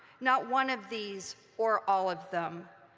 not one of these or all of them.